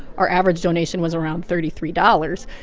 our average donation was around thirty three dollars.